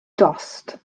dost